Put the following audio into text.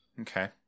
Okay